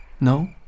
No